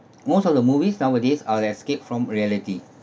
most of the movies nowadays are escape from reality